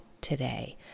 today